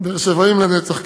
באר-שבעים לנצח.